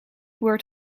word